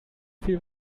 viel